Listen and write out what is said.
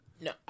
No